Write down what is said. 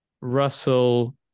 Russell